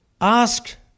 Ask